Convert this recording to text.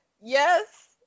Yes